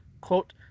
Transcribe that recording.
quote